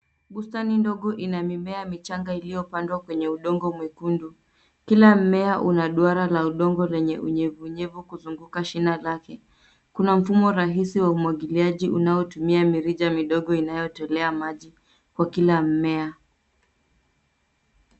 Bustani ndogo ina mimea michanga iliyopandwa kwenye udongo mwekundu. Kila mmea una duara la udongo wenye unyevunyevu kuzunguka shina lake. Kuna mfumo rahisi wa umwagiliaji unaotumia mirija midogo inayotolea maji kwa kila mmea.